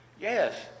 yes